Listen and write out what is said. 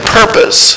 purpose